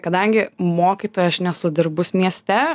kadangi mokytoja aš nesu dirbus mieste